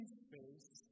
space